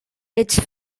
ets